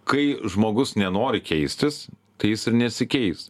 kai žmogus nenori keistis tai jis ir nesikeis